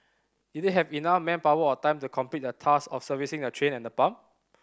did they have enough manpower or time to complete the task of servicing the train and the pump